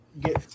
get